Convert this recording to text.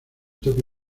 toque